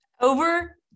Over